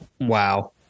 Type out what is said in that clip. Wow